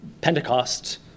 Pentecost